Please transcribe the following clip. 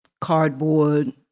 cardboard